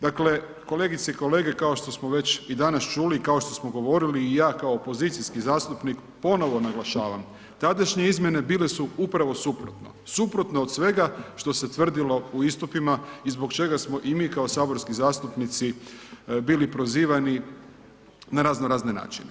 Dakle, kolegice i kolege kao što sve već i danas čuli kao što smo govorili i ja kao opozicijski zastupnik ponovo naglašavam, tadašnje izmjene bile su upravo suprotno, suprotno od svega što se tvrdilo u istupima i zbog čega smo i mi kao saborski zastupnici bili prozivani na raznorazne načine.